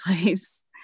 place